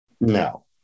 No